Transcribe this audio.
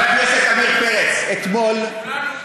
חבר הכנסת עמיר פרץ, אתמול